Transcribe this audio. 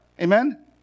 Amen